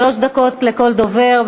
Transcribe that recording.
שלוש דקות לכל דובר.